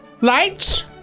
Lights